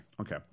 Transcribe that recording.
Okay